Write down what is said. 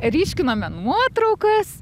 ryškinome nuotraukas